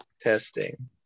Testing